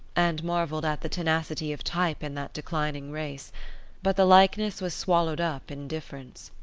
and marvelled at the tenacity of type in that declining race but the likeness was swallowed up in difference.